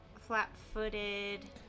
flat-footed